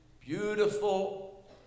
beautiful